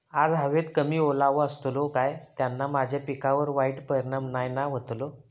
आज हवेत कमी ओलावो असतलो काय त्याना माझ्या पिकावर वाईट परिणाम नाय ना व्हतलो?